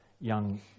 young